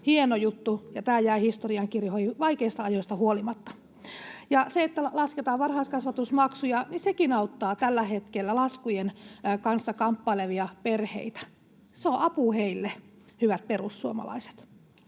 Hieno juttu, ja tämä jää historiankirjoihin vaikeista ajoista huolimatta. Sekin, että lasketaan varhaiskasvatusmaksuja, auttaa tällä hetkellä laskujen kanssa kamppailevia perheitä. Se on apu heille, hyvät perussuomalaiset.